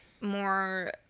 more